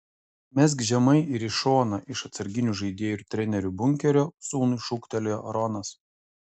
mesk žemai ir į šoną iš atsarginių žaidėjų ir trenerių bunkerio sūnui šūktelėjo ronas